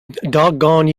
doggone